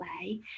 play